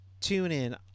TuneIn